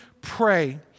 pray